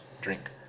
drink